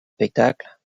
spectacles